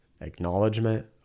Acknowledgement